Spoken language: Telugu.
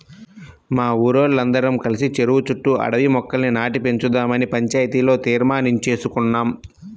మా ఊరోల్లందరం కలిసి చెరువు చుట్టూ అడవి మొక్కల్ని నాటి పెంచుదావని పంచాయతీలో తీర్మానించేసుకున్నాం